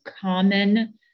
common